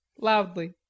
loudly